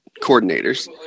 coordinators